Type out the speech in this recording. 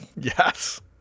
Yes